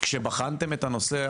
כשבחנתם את הנושא,